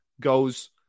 goes